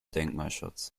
denkmalschutz